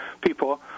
people